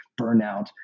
burnout